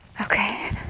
Okay